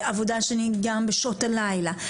עבודה גם בשעות הלילה.